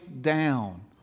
down